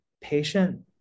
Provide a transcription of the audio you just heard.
patient